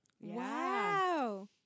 wow